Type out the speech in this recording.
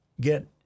get